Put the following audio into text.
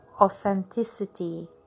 authenticity